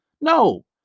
No